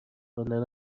خواندن